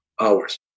hours